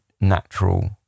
natural